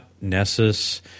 Nessus